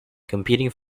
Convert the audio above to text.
competing